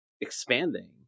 expanding